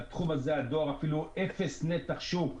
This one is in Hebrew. בתחום הזה הדואר אפילו אפס נתח שוק.